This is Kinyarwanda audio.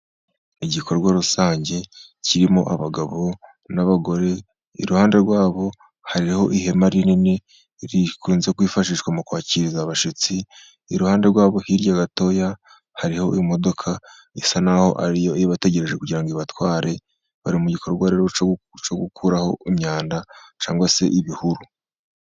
Igikorwa rusange kirimo abagabo n'abagore. Iruhande rwabo hariho ihema rinini rikunze kwifashishwa mu kwakiriza abashyitsi. Iruhande rwabo hirya gato hariho imodoka isa naho ariyo ibategereje, kugira ngo ibatware. Bari mu gikorwa rero cyo gukuraho imyanda cyangwa se ibihuru.